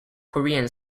korean